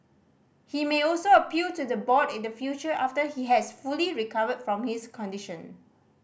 he may also appeal to the board in the future after he has fully recovered from his condition